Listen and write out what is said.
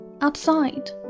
outside